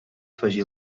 afegí